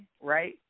right